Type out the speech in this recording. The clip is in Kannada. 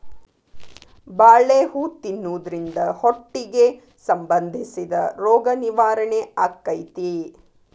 ಬಾಳೆ ಹೂ ತಿನ್ನುದ್ರಿಂದ ಹೊಟ್ಟಿಗೆ ಸಂಬಂಧಿಸಿದ ರೋಗ ನಿವಾರಣೆ ಅಕೈತಿ